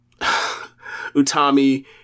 Utami